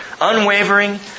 unwavering